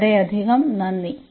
വളരെയധികം നന്ദി